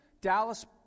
Dallas